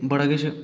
बड़ा किश